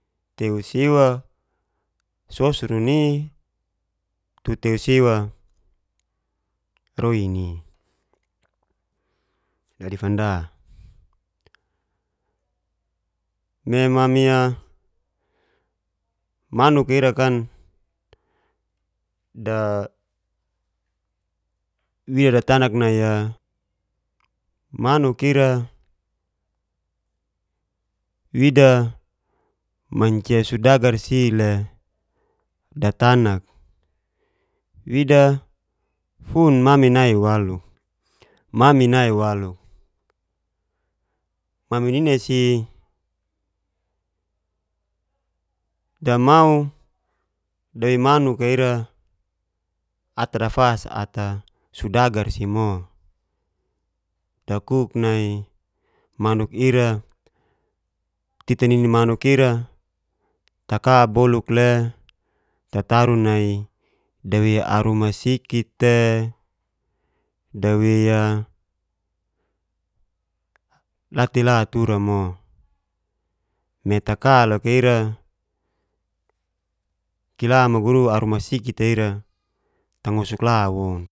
Teu siwa sosoro ni, tu teu siwa roi ni. Dadi fanda me mami manuk ira kan datanak nai manuk ira wida mancia sudagar si le datanak, wida fun mami nai walu mami nin si damau dawei manuka ira ata da'fas ata sudagar si mo, dakuk ni manuk ira tita nini manuk ira taka boluk le tataru nai dawei aru masikit te dawei latela turamo, me taka loka ira kila muguru aru masikit'a ira tangosuk la woun.